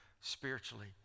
spiritually